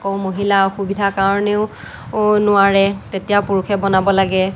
আকৌ মহিলা অসুবিধা কাৰণেও নোৱাৰে তেতিয়া পুৰুষে বনাব লাগে